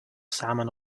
samen